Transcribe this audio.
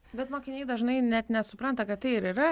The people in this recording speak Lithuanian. bet mokiniai dažnai net nesupranta kad tai ir yra